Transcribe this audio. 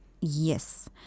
Yes